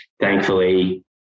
thankfully